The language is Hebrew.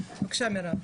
בבקשה, מרב.